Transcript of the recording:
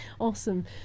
awesome